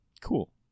Cool